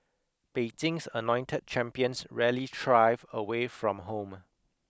Beijing's anointed champions rarely thrive away from home